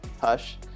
Hush